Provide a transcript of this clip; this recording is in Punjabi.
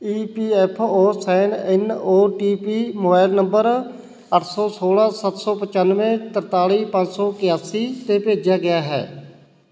E P F O sign in O T P mobile number ਅੱਠ ਸੌ ਸੌਲਾਂ ਸੱਤ ਸੌ ਪਚਾਨਵੇਂ ਤਰਤਾਲੀ ਪੰਜ ਸੌ ਇਕਿਆਸੀ 'ਤੇ ਭੇਜਿਆ ਗਿਆ ਹੈ